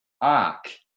Ark